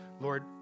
Lord